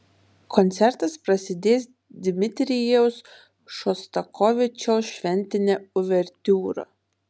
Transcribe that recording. koncertas prasidės dmitrijaus šostakovičiaus šventine uvertiūra